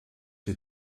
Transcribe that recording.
die